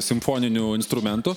simfoninių instrumentų